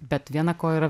bet viena koja yra